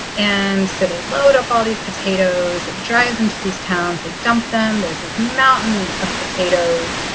and so they load up all these potatoes and drive them to these towns and dump them. there's this mountain of potatoes.